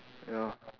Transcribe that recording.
ya